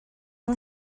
yng